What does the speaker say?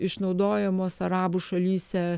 išnaudojamos arabų šalyse